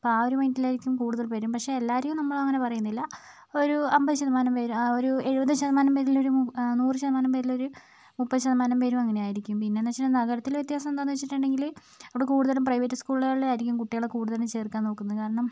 അപ്പോൾ ആ ഒരു മൈൻഡിലായിരിക്കും കൂടുതൽ പേരും പക്ഷേ എല്ലാവരെയും നമ്മളങ്ങനെ പറയുന്നില്ല ഒരു അൻപത് ശതമാനം പേര് ഒരു എഴുപത് ശതമാനം പേരിലൊരു നൂറ് ശതമാനം പേരിലൊരു മുപ്പത് ശതമാനം പേരും അങ്ങനെ ആയിരിക്കും പിന്നെയെന്ന് വെച്ചിട്ടുണ്ടെങ്കിൽ നഗരത്തിൽ വ്യത്യാസം എന്താന്ന് വെച്ചിട്ടുണ്ടെങ്കിൽ അവിടെ കൂടുതലും പ്രൈവറ്റ് സ്കൂളുകളിലായിരിക്കും കുട്ടികളെ കൂടുതലും ചേർക്കാൻ നോക്കുന്നത് കാരണം